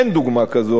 אין דוגמה כזאת,